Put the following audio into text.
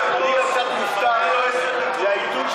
אני קצת מופתע מהעיתוי,